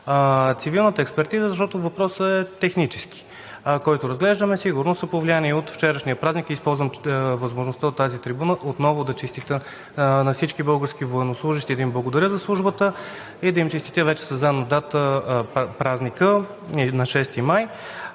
цивилната експертиза, защото въпросът е технически, който разглеждаме. Сигурно са повлияни от вчерашния празник и използвам възможността от тази трибуна отново да честитя на всички български военнослужещи, да им благодаря за службата и да им честитя със задна дата празника на 6 май.